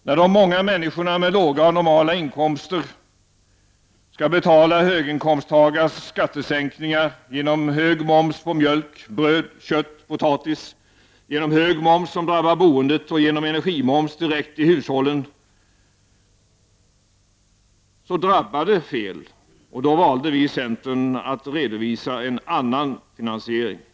När de många människorna med låga och normala inkomster skall betala höginkomsttagarnas skattesänkningar — genom hög moms på mjölk, bröd, kött och potatis, genom hög moms som drabbar boendet och genom energimoms direkt i hushållen — drabbar det fel, och därför valde vi i centern att redovisa en annan finansiering.